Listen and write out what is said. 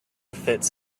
fits